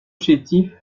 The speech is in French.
chétif